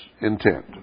intent